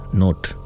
note